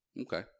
Okay